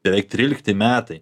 beveik trylikti metai